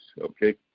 okay